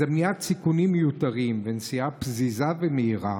אז למניעת סיכונים מיותרים ונסיעה פזיזה ומהירה,